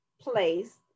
placed